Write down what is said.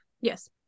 Yes